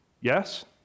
Yes